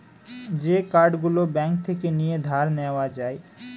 যে কার্ড গুলো ব্যাঙ্ক থেকে নিয়ে ধার নেওয়া যায়